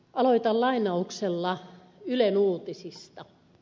aloitan lainauksella ylen uutisista